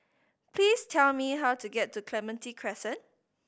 please tell me how to get to Clementi Crescent